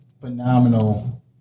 phenomenal